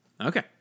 Okay